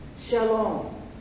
Shalom